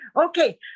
Okay